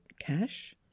cash